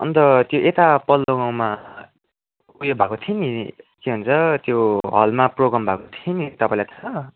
अन्त त्यो यता पल्लो गाँउमा उयो भएको थियो नि के भन्छ त्यो हलमा प्रोग्राम भएको थियो नि तपाईँलाई थाहा छ